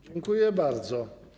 Dziękuję bardzo.